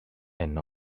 and